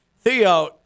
Theo